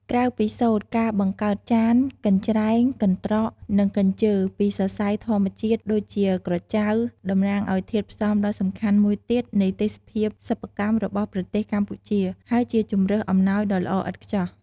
ក្រៅពីសូត្រ ការបង្កើតចាន កញ្រ្ចែង កន្រ្តក និងកញ្ជើរពីសរសៃធម្មជាតិដូចជាក្រចៅ តំណាងឱ្យធាតុផ្សំដ៏សំខាន់មួយទៀតនៃទេសភាពសិប្បកម្មរបស់ប្រទេសកម្ពុជា ហើយជាជម្រើសអំណោយដ៏ល្អឥតខ្ចោះ។